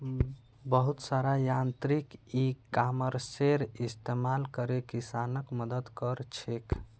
बहुत सारा यांत्रिक इ कॉमर्सेर इस्तमाल करे किसानक मदद क र छेक